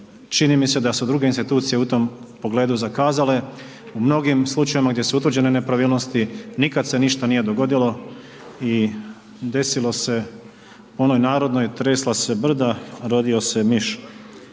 čini mi se da su druge institucije u tom pogledu zakazale, u mnogim slučajevima gdje su utvrđene nepravilnosti, nikad se ništa nije dogodilo i desilo se onoj narodnoj tresla se brda, rodio se miš.